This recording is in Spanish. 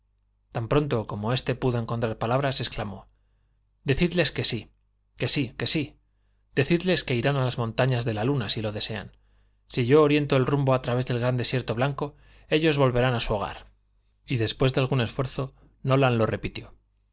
tan pronto como éste pudo encontrar palabras exclamó decidles que sí que sí que sí decidles que irán a las montañas de la luna si lo desean si yo oriento el rumbo a través del gran desierto blanco ellos volverán a su hogar y después de algún esfuerzo nolan lo repitió